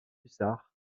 hussards